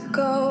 go